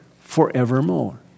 forevermore